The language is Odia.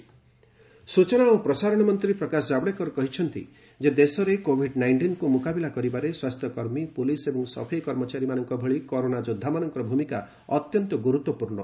ପ୍ରକାଶ ଜାବଡେକର କୋଭିଡ ୱାରିୟର ସୂଚନା ଓ ପ୍ରସାରଣ ମନ୍ତ୍ରୀ ପ୍ରକାଶ ଜବଡେକର କହିଛନ୍ତି ଯେ ଦେଶରେ କୋଭିଡ୍ ନାଇଷ୍ଟିନ୍କୁ ମୁକାବିଲା କରିବାରେ ସ୍ୱାସ୍ଥ୍ୟକର୍ମୀ ପୁଲିସ୍ ଏବଂ ସଫେଇ କର୍ମଚାରୀମାନଙ୍କ ଭଳି କରୋନା ଯୋଦ୍ଧାମାନଙ୍କର ଭୂମିକା ଅତ୍ୟନ୍ତ ଗୁରୁତ୍ୱପୂର୍ଣ୍ଣ